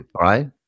right